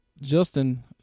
Justin